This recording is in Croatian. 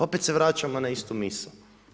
Opet se vraćamo na istu misao.